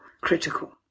critical